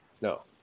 no